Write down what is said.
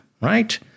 Right